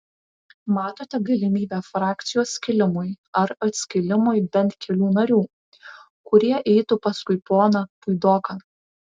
matote galimybę frakcijos skilimui ar atskilimui bent kelių narių kurie eitų paskui poną puidoką